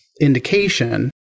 indication